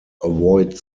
avoid